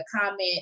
comment